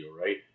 right